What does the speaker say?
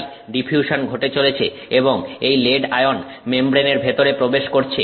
তাই ডিফিউশন ঘটে চলেছে এবং এই লেড আয়ন মেমব্রেননের ভেতরে প্রবেশ করছে